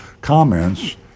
comments